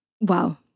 Wow